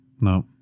No